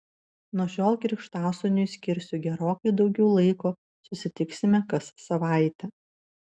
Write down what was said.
nuo šiol krikštasūniui skirsiu gerokai daugiau laiko susitiksime kas savaitę